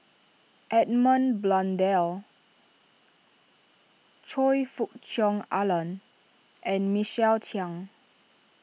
Edmund Blundell Choe Fook Cheong Alan and Michael Chiang